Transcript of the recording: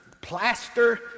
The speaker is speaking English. plaster